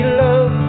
love